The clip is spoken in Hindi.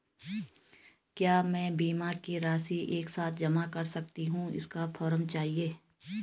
क्या मैं बीमा की राशि एक साथ जमा कर सकती हूँ इसका फॉर्म चाहिए?